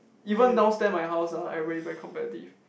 even downstair my house ah everybody very competitive